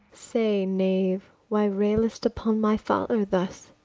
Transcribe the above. say, knave, why rail'st upon my father thus?